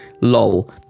lol